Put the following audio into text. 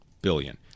billion